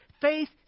faith